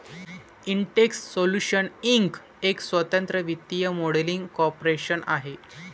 Intex solutions inc एक स्वतंत्र वित्तीय मॉडेलिंग कॉर्पोरेशन आहे